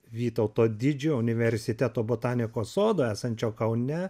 vytauto didžiojo universiteto botanikos sodo esančio kaune